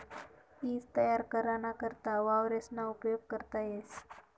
ईज तयार कराना करता वावरेसना उपेग करता येस